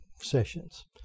sessions